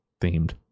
themed